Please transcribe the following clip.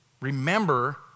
remember